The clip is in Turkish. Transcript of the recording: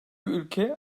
ülke